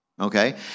Okay